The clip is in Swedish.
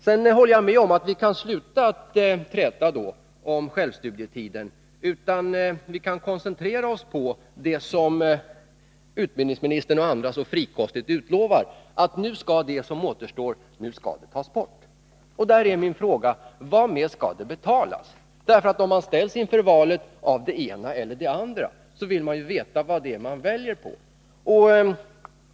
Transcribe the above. Jag håller med om att vi kan sluta att träta om självstudietiden. Vi kan i stället koncentrera oss på det som utbildningsministern och andra frikostigt utlovar, att nu skall det som återstår av systemet tas bort. Min fråga är då: Varmed skall det betalas? Om man ställs inför valet mellan det ena eller det andra, vill man också veta vad innebörden i det som man skall välja mellan är.